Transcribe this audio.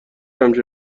همیشه